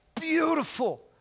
beautiful